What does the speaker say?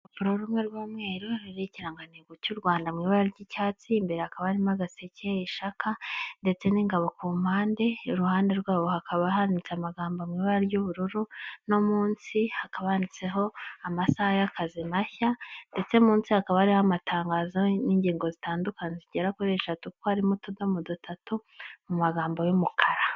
Uru rumwe rw'umweru ru ikirangantego cy'u Rwanda mu ibara ry'icyatsi imbere hakaba harimo agaseke ishaka ndetse n'ingabo ku mpande iruhande rwabo hakaba hanitse amagambo mu ibara ry'ubururu no munsi hakabonetseho amasaha y'akazi mashya ndetse munsi hakaba hari amatangazo n'ingingo zitandukanye zigera kuri eshatu kuko harimo utudomo dutatu mu magambo y'umukara.